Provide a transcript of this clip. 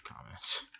comments